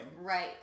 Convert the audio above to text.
Right